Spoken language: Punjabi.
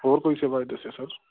ਹੋਰ ਕੋਈ ਸੇਵਾ ਹੈ ਦੱਸਿਓ ਸਰ